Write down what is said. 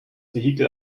vehikel